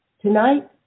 Tonight